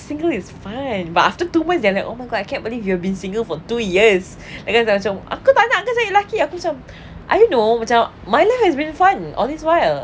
single is fun but after two months they're like oh my god I can't believe you have been single for two years then aku macam aku tak nak kan saya lelaki aku macam ah you know macam my life has been fun all this while